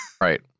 right